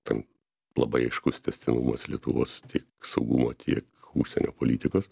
tam labai aiškus tęstinumas lietuvos tiek saugumo tiek užsienio politikos